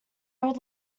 would